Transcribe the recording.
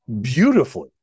beautifully